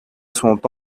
sont